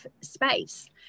space